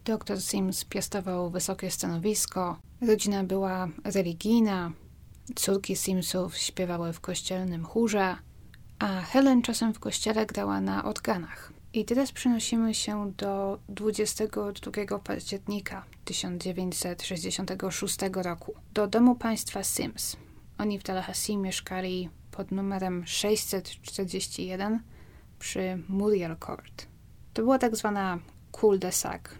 Dr. Sims piastował wysokie stanowisko, rodzina była religijna, córki Simsów śpiewały w kościelnym chórze, a Helen czasem w kościele grała na organach. I teraz przenosimy się do 22 października 1966 roku, do domu państwa Sims. Oni w Tallahassee mieszkali pod numerem 641 przy Muriel Court. To była tak zwana cul-de-sac.